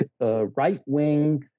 right-wing